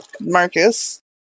Marcus